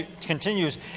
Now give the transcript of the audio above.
continues